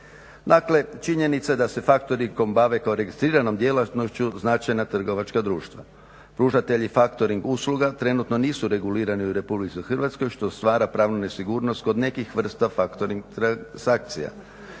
Dakle činjenica da se factoringom bave kao registriranom djelatnošću značajna trgovačka društva. Pružatelji factoring usluga trenutno nisu regulirani u RH što stvara pravnu nesigurnost kod nekih vrsta factoring transakcija.